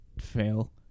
fail